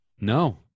No